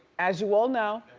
as you all know,